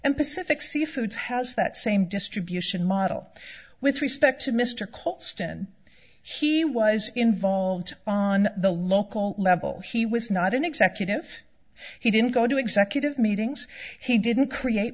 and pacific sea foods has that same distribution model with respect to mr colston he was involved on the local level he was not an executive he didn't go to executive meetings he didn't create